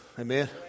Amen